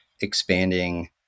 expanding